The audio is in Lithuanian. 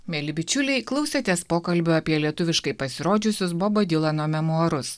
mieli bičiuliai klausėtės pokalbio apie lietuviškai pasirodžiusius bobo dylano memuarus